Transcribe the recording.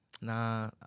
Nah